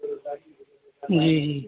جی جی